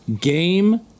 Game